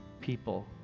people